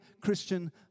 Christian